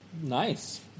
Nice